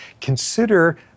Consider